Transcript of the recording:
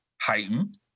heightened